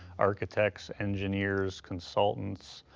architects, engineers, consultants,